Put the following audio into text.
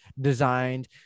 designed